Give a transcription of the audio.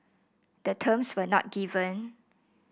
the terms were not given